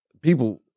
people